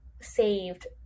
saved